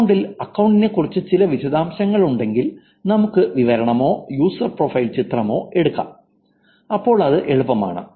അക്കൌണ്ടിൽ അക്കൌണ്ടിനെക്കുറിച്ച് ചില വിശദാംശങ്ങൾ ഉണ്ടെങ്കിൽ നമുക്ക് വിവരണമോ യൂസർ പ്രൊഫൈൽ ചിത്രമോ എടുക്കാം അപ്പോൾ അത് എളുപ്പമാണ്